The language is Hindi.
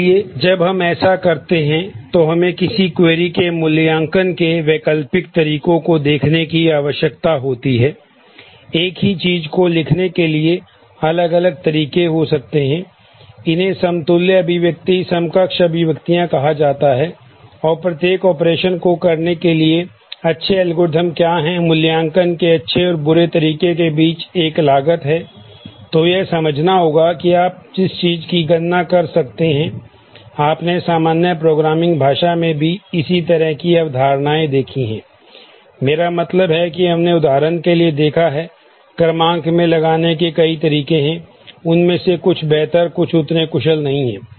इसलिए जब हम ऐसा करते हैं तो हमें किसी क्वेरी भाषा में भी इसी तरह की अवधारणाएं देखी हैं मेरा मतलब है कि हमने उदाहरण के लिए देखा है क्रमांक में लगाने के कई तरीके हैं और उनमें से कुछ बेहतर हैं कुछ उतने कुशल नहीं हैं